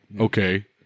Okay